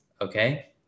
Okay